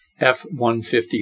F-150